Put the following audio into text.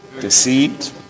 deceit